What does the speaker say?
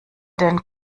den